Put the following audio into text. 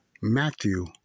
Matthew